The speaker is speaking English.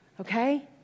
Okay